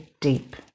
deep